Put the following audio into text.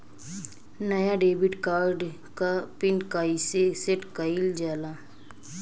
नया debit card क pin कईसे सेट कईल जाला?